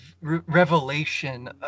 revelation